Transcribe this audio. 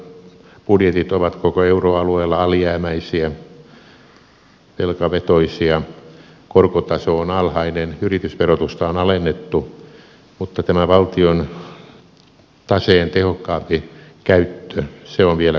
valtion budjetit ovat koko euroalueella alijäämäisiä velkavetoisia korkotaso on alhainen yritysverotusta on alennettu mutta tämä valtion taseen tehokkaampi käyttö on vielä kokeilematta